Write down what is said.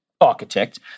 architect